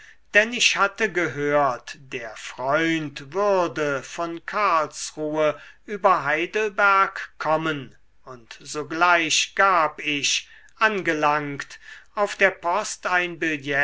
denn ich hatte gehört der freund würde von karlsruhe über heidelberg kommen und sogleich gab ich angelangt auf der post ein billet